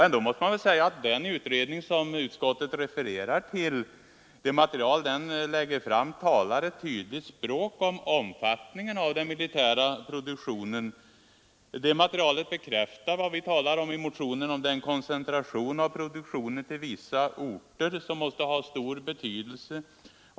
Ändå måste man säga att det material som läggs fram av den utredning utskottet refererar till talar ett tydligt språk om omfattningen av den militära produktionen. Detta material bekräftar våra uppgifter i motionen om en koncentration till vissa orter, vilket måste ha stor betydelse.